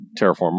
terraform